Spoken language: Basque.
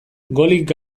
golik